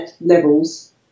levels